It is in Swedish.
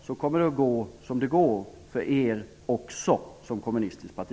Så kommer det också att gå som det går för er, som kommunistiskt parti.